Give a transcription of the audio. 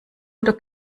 oder